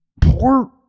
poor